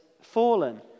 fallen